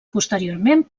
posteriorment